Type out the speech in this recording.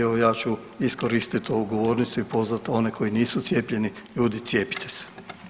Evo ja ću iskoristiti ovu govornicu i pozvati one koji nisu cijepljeni ljudi cijepite se.